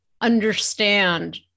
understand